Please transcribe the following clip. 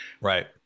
right